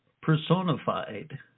personified